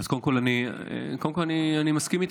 קודם כול אני מסכים איתך.